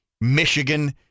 Michigan